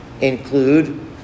include